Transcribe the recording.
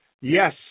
Yes